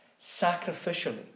sacrificially